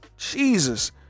Jesus